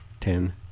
Ten